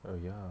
oh ya